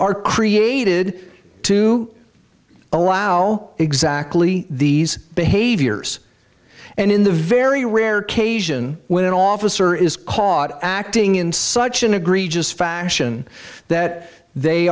are created to allow exactly these behaviors and in the very rare cajun when an officer is caught acting in such an egregious fashion that they